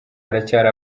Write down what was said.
haracyari